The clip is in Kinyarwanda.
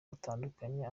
batandukanye